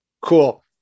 cool